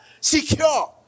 secure